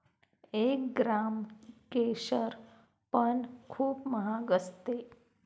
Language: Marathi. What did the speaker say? एक ग्राम केशर पण खूप महाग असते